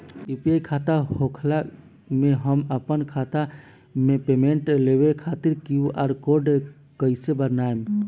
UPI खाता होखला मे हम आपन खाता मे पेमेंट लेवे खातिर क्यू.आर कोड कइसे बनाएम?